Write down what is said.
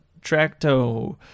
Tracto